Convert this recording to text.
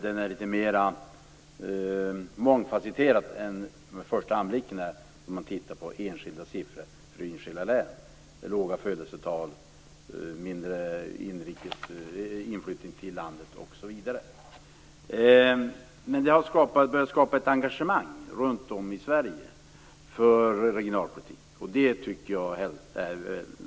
Den är litet mer mångfasetterad än vad den verkar vid en första anblick, när man tittar på enskilda siffror för enskilda län, med låga födelsetal, mindre inflyttning till landet, osv. Det har skapats ett engagemang runt om i Sverige för regionalpolitik, och det är värt att notera.